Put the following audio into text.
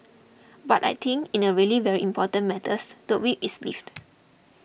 but I think in a really very important matters the whip is lifted